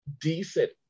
decent